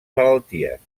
malalties